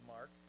Mark